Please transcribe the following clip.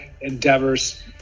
endeavors